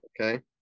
Okay